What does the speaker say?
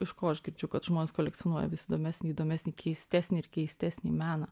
iš ko aš girdžiu kad žmonės kolekcionuoja vis įdomesnį įdomesnį keistesnį ir keistesnį meną